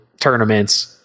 tournaments